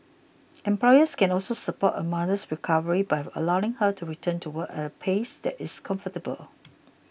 employers can also support a mother's recovery by allowing her to return to work at a pace that is comfortable